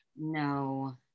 No